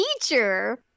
teacher